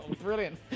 Brilliant